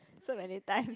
so many times